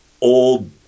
old